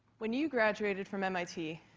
when you graduated from mit,